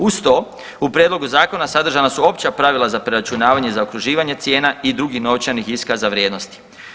Uz to u prijedlogu zakona sadržana su opća pravila za preračunavanje i zaokruživanje cijena i drugih novčanih iskaza vrijednosti.